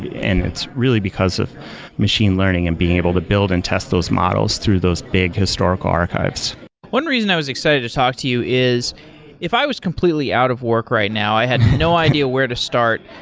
and it's really because of machine learning and being able to build and test those models through those big, historical archives one reason i was excited to talk to you is if i was completely out of work right now, i had no idea where to start,